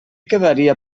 quedaria